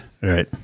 Right